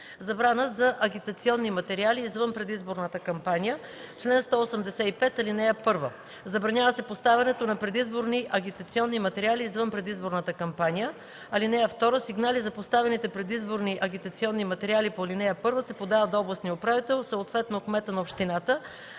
„Забрана за агитационни материали извън предизборната кампания Чл. 185. (1) Забранява се поставянето на предизборни агитационни материали извън предизборната кампания. (2) Сигнали за поставените предизборни агитационни материали по ал. 1 се подават до областния управител, съответно кмета на общината.